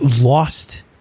lost